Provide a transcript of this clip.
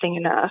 enough